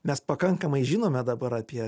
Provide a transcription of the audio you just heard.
mes pakankamai žinome dabar apie